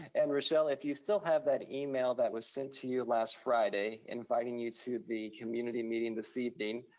and rochelle, if you still have that email that was sent to you last friday, inviting you to the community meeting this evening,